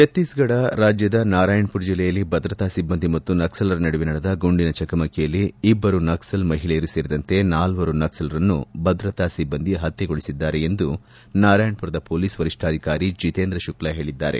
ಛತ್ತೀಸ್ಫಡದ ರಾಜ್ಯದ ನಾರಾಯಣ್ಪುರ್ ಜೆಲ್ಲೆಯಲ್ಲಿ ಭದ್ರತಾ ಸಿಬ್ಬಂದಿ ಮತ್ತು ನಕ್ಲಲರ ನಡುವೆ ನಡೆದ ಗುಂಡಿನ ಚಕಮಕಿಯಲ್ಲಿ ಇಬ್ಬರು ನಕ್ಸಲ್ ಮಹಿಳೆಯರು ಸೇರಿದಂತೆ ನಾಲ್ವರು ನಕ್ಸಲರನ್ನು ಭದ್ರತಾ ಸಿಬ್ಬಂದಿ ಹತ್ತೆಗೊಳಿಸಿದೆ ಎಂದು ನಾರಾಯಣ್ ಪುರದ ಪೊಲೀಸ್ ವರಿಷ್ಠಾಧಿಕಾರಿ ಜೆತೇಂದ್ರ ಶುಕ್ಲಾ ಹೇಳಿದ್ದಾರೆ